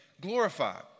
glorified